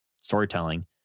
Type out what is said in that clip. storytelling